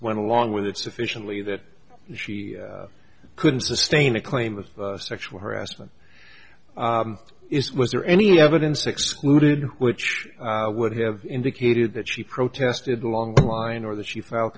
went along with it sufficiently that she couldn't sustain a claim of sexual harassment is was there any evidence excluded which would have indicated that she protested along the line or that she f